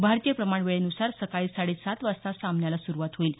भारतीय प्रमाण वेळेन्सार सकाळी साडेसात वाजता सामन्याला सुरूवात होईल